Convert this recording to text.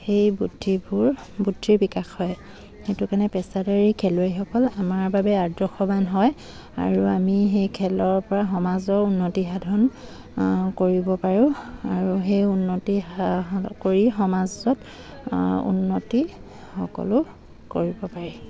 সেই বুদ্ধিবোৰ বুদ্ধিৰ বিকাশ হয় সেইটো কাৰণে পেছাদাৰী খেলুৱৈসকল আমাৰ বাবে আদৰ্শবান হয় আৰু আমি সেই খেলৰপৰা সমাজৰ উন্নতি সাধন কৰিব পাৰোঁ আৰু সেই উন্নতি কৰি সমাজত উন্নতি সকলো কৰিব পাৰি